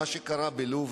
מה שקרה בלוב,